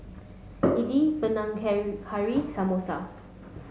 Idili Panang Care Curry Samosa